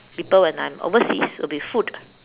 people when I'm overseas would be food